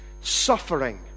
suffering